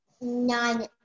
Nine